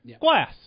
Glass